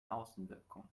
außenwirkung